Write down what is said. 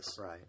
right